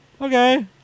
Okay